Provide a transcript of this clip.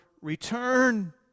return